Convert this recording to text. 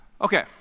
Okay